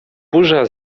burza